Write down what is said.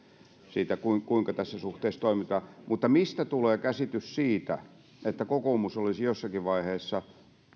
siitä kuinka tässä suhteessa toimitaan mutta mistä tulee käsitys siitä että kokoomus olisi jossakin vaiheessa